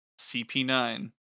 CP9